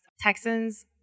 Texans